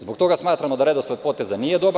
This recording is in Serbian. Zbog toga smatramo da redosled poteza nije dobar.